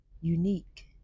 unique